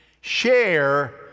share